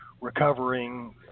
recovering